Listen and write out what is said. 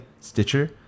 stitcher